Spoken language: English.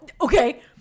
okay